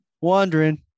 wondering